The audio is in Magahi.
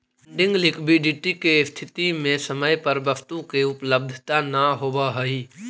फंडिंग लिक्विडिटी के स्थिति में समय पर वस्तु के उपलब्धता न होवऽ हई